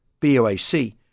BOAC